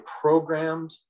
programmed